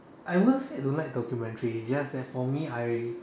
I won't say I don't like documentary it's just that for me I